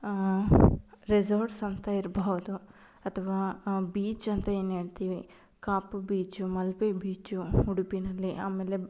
resorts ಅಂತ ಇರಬಹ್ದು ಅಥವಾ ಬೀಚ್ ಅಂತ ಏನು ಹೇಳ್ತೀವಿ ಕಾಪು ಬೀಚು ಮಲ್ಪೆ ಬೀಚು ಉಡುಪಿನಲ್ಲಿ ಆಮೇಲೆ